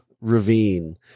ravine